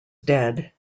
dead